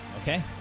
Okay